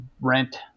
rent